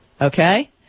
Okay